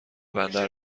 بندر